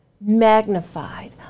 magnified